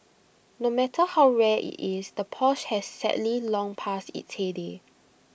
no matter how rare IT is the Porsche has sadly long passed its heyday